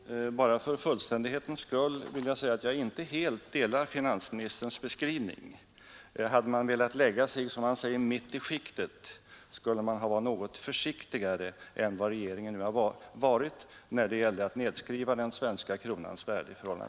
Fru talman! Bara för fullständighetens skull vill jag säga att jag inte helt accepterar finansministerns beskrivning. Hade man velat lägga sig ”mitt i skiktet”, skulle man ha varit något försiktigare än regeringen nu har varit med att skriva ned den svenska kronans värde.